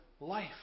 life